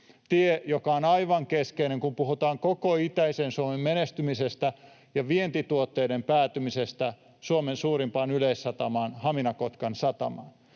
tiehen, joka on aivan keskeinen, kun puhutaan koko itäisen Suomen menestymisestä ja vientituotteiden päätymisestä Suomen suurimpaan yleissatamaan, Hamina-Kotkan satamaan.